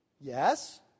Yes